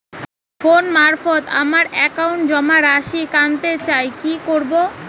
Phone মারফত আমার একাউন্টে জমা রাশি কান্তে চাই কি করবো?